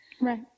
right